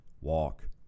walk